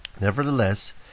Nevertheless